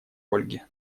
ольге